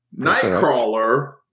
Nightcrawler